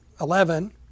eleven